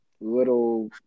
little